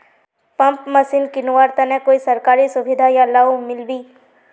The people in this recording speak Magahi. पंप मशीन किनवार तने कोई सरकारी सुविधा बा लव मिल्बी?